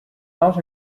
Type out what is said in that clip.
not